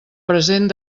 present